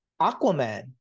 Aquaman